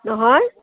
নহয়